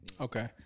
Okay